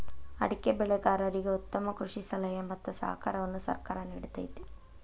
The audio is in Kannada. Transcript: ಅಡಿಕೆ ಬೆಳೆಗಾರರಿಗೆ ಉತ್ತಮ ಕೃಷಿ ಸಲಹೆ ಮತ್ತ ಸಹಕಾರವನ್ನು ಸರ್ಕಾರ ನಿಡತೈತಿ